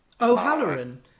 O'Halloran